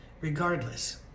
Regardless